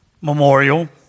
memorial